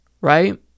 right